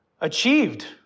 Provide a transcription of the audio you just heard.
achieved